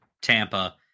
Tampa